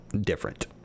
different